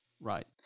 right